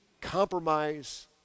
compromise